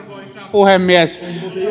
puhemies